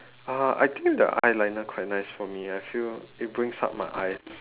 uh I think the eyeliner quite nice for me I feel it brings up my eye